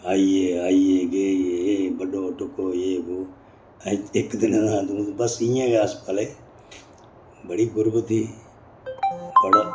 आई गे आई गे बड्ढो टुक्को ये बो इक दिने दा हा तूं ते बस इ'यां के अस पले बड़ी गुरबत ही बड़ा